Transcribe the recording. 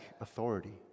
authority